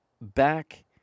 back